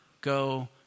go